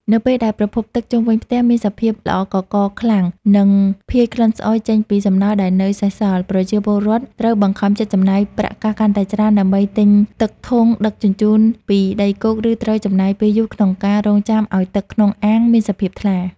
នៅពេលដែលប្រភពទឹកជុំវិញផ្ទះមានសភាពល្អក់កខ្វក់ខ្លាំង និងភាយក្លិនស្អុយចេញពីសំណល់ដែលនៅសេសសល់ ប្រជាពលរដ្ឋត្រូវបង្ខំចិត្តចំណាយប្រាក់កាសកាន់តែច្រើនដើម្បីទិញទឹកធុងដឹកជញ្ជូនពីដីគោក ឬត្រូវចំណាយពេលយូរក្នុងការរង់ចាំឱ្យទឹកក្នុងអាងមានសភាពថ្លា។